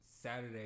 Saturday